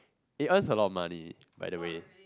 it earns a lot of money by the way